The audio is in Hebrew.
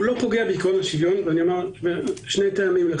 יש לכך שני טעמים: